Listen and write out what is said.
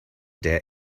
der